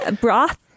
Broth